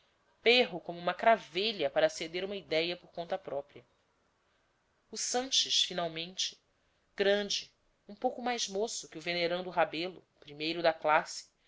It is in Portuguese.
perro como uma cravelha para ceder uma idéia por conta própria o sanches finalmente grande um pouco mais moço que o venerando rebelo primeiro da classe